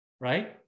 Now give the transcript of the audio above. right